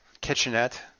kitchenette